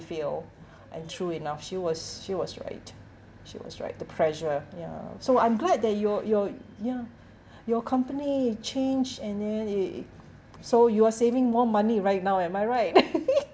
feel and true enough she was she was right she was right the pressure ya so I'm glad that your your ya your company change and then it so you are saving more money right now am I right